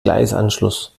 gleisanschluss